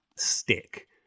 stick